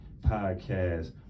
Podcast